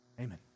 Amen